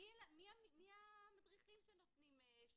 מי המדריכים שנותנים שירות?